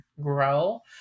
grow